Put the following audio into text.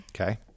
Okay